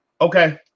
Okay